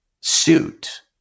suit